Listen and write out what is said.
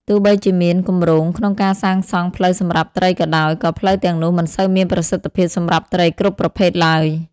ទោះបីជាមានគម្រោងក្នុងការសាងសង់ផ្លូវសម្រាប់ត្រីក៏ដោយ ក៏ផ្លូវទាំងនោះមិនសូវមានប្រសិទ្ធភាពសម្រាប់ត្រីគ្រប់ប្រភេទឡើយ។